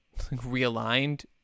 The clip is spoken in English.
realigned